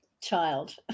child